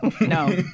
No